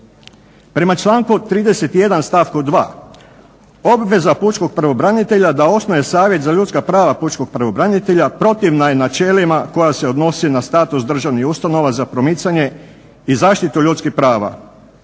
Prema članku 31. stavku 2. obveza pučkog pravobranitelja da osnuje savjet za ljudska prava pučkog pravobranitelja protivna je načelima koja se odnose na status državnih ustanova za promicanje i zaštitu ljudskih prava,